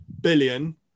billion